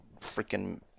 freaking